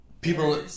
people